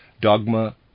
Dogma